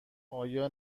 آیا